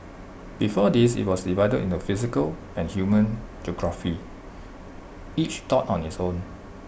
before this IT was divided into physical and human geography each taught on its own